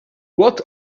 what